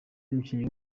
umukinnyi